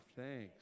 thanks